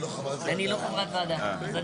אני לא חברת ועדה.